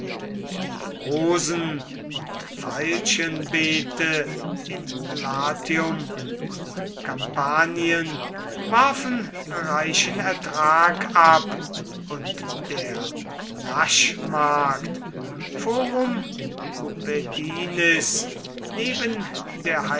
die rosen und veilchenbeete in latium und kampanien warfen reichen ertrag ab und der naschmarkt forum